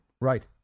Right